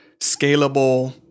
scalable